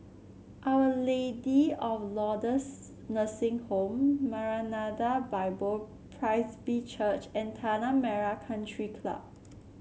Our Lady of Lourdes Nursing Home Maranatha Bible Presby Church and Tanah Merah Country Club